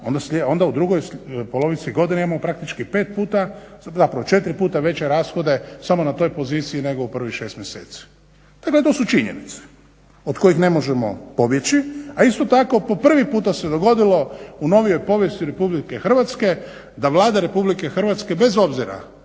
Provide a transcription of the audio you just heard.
onda u drugoj polovici godine imamo praktički 5 puta, zapravo 4 puta veće rashode samo na toj poziciji, nego u prvih 6 mjeseci. Dakle, to su činjenice od kojih ne možemo pobjeći, a isto tako po prvi puta se dogodilo u novijoj povijesti Republike Hrvatske da Vlada Republike Hrvatske bez obzira